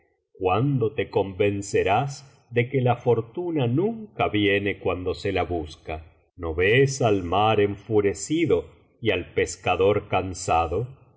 citando te convencerás de que la fortuna nunca viene citando se la busca no ves al mar enfierecido y al pescador cansado